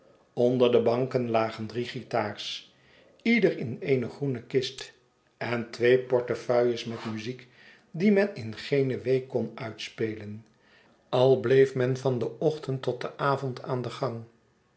onder de banken lagen drie guitars ieder in eene groene kist en twee portefeuilles met muziek die men in geene week kon uitspelen al bleef men van den ochtend tot den avond aan den gang